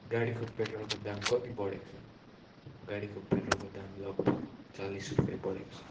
गाडीको पेट्रोलको दाम कति बढेको छ गाडीको पेट्रोलको दाम लगभग चालिस रुपियाँ बढेको छ